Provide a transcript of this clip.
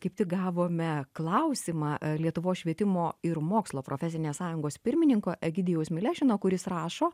kaip tik gavome klausimą lietuvos švietimo ir mokslo profesinės sąjungos pirmininko egidijaus milešino kuris rašo